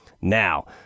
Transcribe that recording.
Now